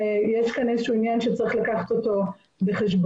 יש כאן עניין שצריך להביא בחשבון.